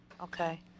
okay